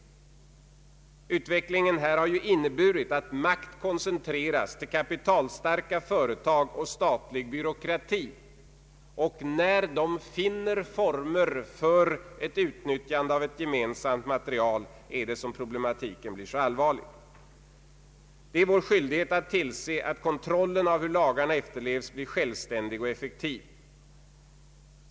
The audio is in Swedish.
Utvecklingen på dataområdet har ju inneburit att makt koncentrerats till kapitalstarka företag och statlig byråkrati. När de finner former för utnyttjandet av ett gemensamt material är det som problematiken blir så allvarlig. Det är vår skyldighet att tillse att kontrollen av hur lagarna efterlevs blir självständig och effektiv.